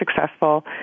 successful